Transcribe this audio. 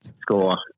Score